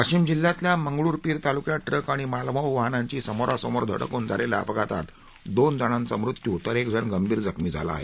वाशिम जिल्ह्यातल्या मंगरूळपीर तालुक्यात ट्रक आणि मालवाह वाहनाची समोरासमोर धडक होऊन झालेल्या अपघातात दोन जणांचा मृत्यू तर एकजण गंभीर जखमी झाला आहे